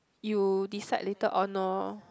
you decide later on lor